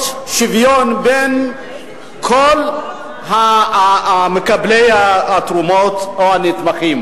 שוויון בין כל מקבלי התרומות או הנתמכים.